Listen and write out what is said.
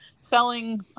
selling